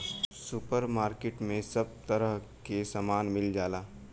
super market में सब तरह के सामान मिल जाला